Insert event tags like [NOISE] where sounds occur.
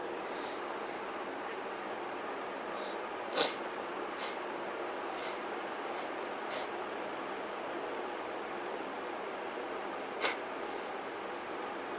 [BREATH]